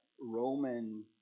Roman